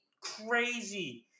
crazy